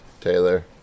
taylor